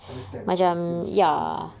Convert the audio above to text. understand ah it's still thousands eh